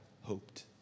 hoped